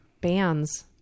bands